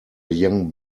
young